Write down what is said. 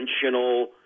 conventional